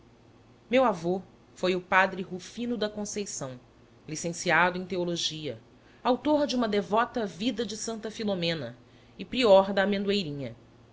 meu avô foi o padre rufino da conceição licenciado em teologia autor de uma devota vida de santa filomena e prior da